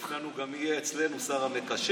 הם יבחרו גם מי יהיה אצלנו השר המקשר,